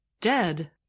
dead